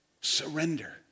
Surrender